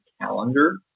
calendar